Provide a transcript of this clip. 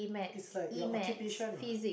it's like your occupation what